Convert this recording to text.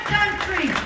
country